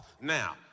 Now